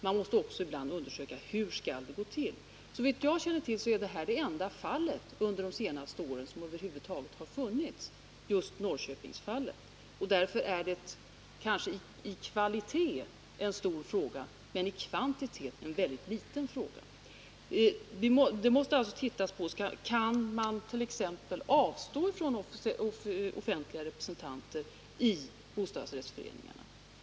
Man måste också ibland undersöka hur det skall gå till. Såvitt jag känner till är Norrköpingsfallet det enda fallet som över huvud taget har funnits under de senaste åren. Därför är det kanske i kvalitet en stor fråga men i kvantitet en väldigt liten fråga. Man måste alltså titta på det här problemet. Kan man t.ex. avstå från offentliga representanter i bostadsrättsföreningarna?